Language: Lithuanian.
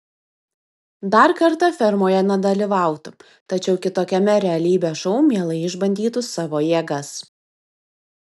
dar kartą fermoje nedalyvautų tačiau kitokiame realybės šou mielai išbandytų savo jėgas